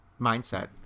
mindset